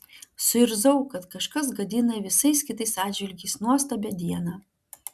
suirzau kad kažkas gadina visais kitais atžvilgiais nuostabią dieną